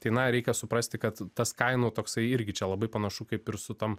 tai na reikia suprasti kad tas kainų toksai irgi čia labai panašu kaip ir su tom